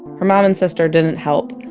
her mom and sister didn't help.